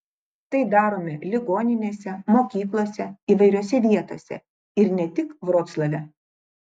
tai darome ligoninėse mokyklose įvairiose vietose ir ne tik vroclave